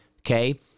Okay